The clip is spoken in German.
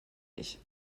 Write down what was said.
ich